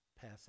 pass